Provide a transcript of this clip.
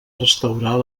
restaurar